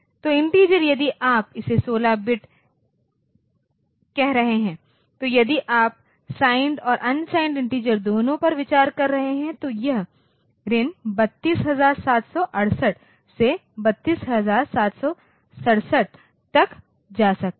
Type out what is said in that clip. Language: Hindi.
तो इन्टिजर यदि आप इसे 16 बिट कह रहे हैं तो यदि आप साइंड और अन साइंड इन्टिजर दोनों पर विचार कर रहे हैं तो यह 32768 से 32767 तक जा सकता है